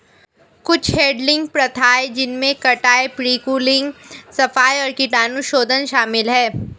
कुछ हैडलिंग प्रथाएं जिनमें कटाई, प्री कूलिंग, सफाई और कीटाणुशोधन शामिल है